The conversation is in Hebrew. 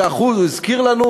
הוא הזכיר לנו,